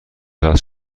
وصل